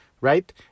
right